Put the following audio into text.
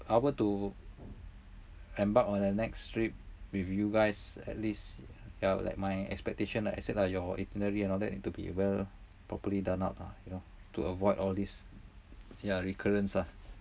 I were to embark on the next trip with you guys at least yeah I would like my expectation ah like I said lah your itinerary and all that need to be well properly done up ah you know to avoid all these yeah recurrence ah